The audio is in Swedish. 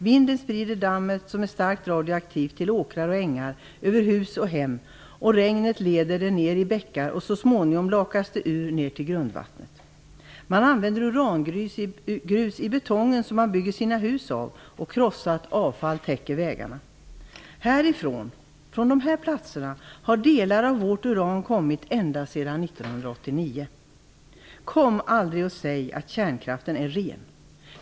Vinden sprider dammet, som är starkt radioaktivt, till åkrar och ängar samt över hus och hem. Regnet leder det sedan ner i bäckar. Så småningom lakas det ur ner till grundvattnet. Urangrus används i den betong som man bygger sina hus av. Krossat avfall täcker vägarna. Från de här platserna har en del av vårt uran kommit ända sedan Kom inte och säg att kärnkraften är ren!